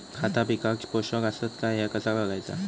खता पिकाक पोषक आसत काय ह्या कसा बगायचा?